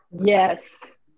Yes